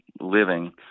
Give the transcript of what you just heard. living